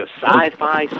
Sci-Fi